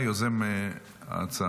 יוזם ההצעה.